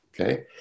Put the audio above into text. okay